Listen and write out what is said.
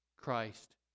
Christ